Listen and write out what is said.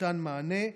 ניתן מענה.